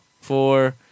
four